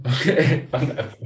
okay